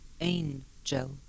angel